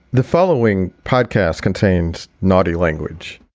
the following podcast contains naughty language